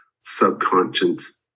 subconscious